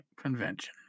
convention